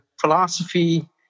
philosophy